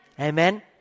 Amen